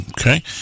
okay